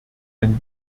ein